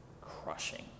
crushing